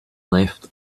left